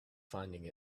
finding